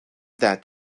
that